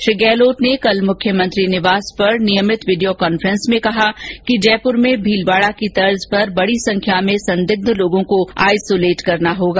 श्री गहलोत ने कल मुख्यमंत्री निवास पर नियमित वीडियो कांफ्रेंस में कहा कि जयपुर में भीलवाडा की तर्ज पर बडी संख्या में संदिग्ध लोगों को आईसोलेट करना होगा